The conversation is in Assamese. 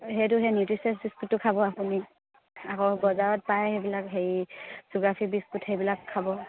সেইটো সেই নিউট্ৰিচিয়াছ বিস্কুটটো খাব আপুনি আকৌ বজাৰত পায় সেইবিলাক হেৰি চুগাৰ ফ্ৰী বিস্কুট সেইবিলাক খাব